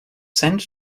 sent